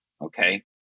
okay